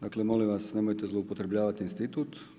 Dakle molim vas nemojte zloupotrjebljavati institutu.